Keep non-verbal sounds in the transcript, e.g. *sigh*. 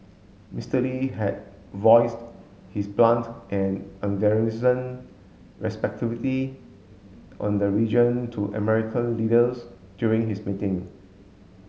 Mister Lee had voiced his blunt and *unintelligible* on the region to American leaders during his meeting